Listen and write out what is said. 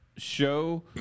Show